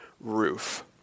roof